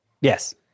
Yes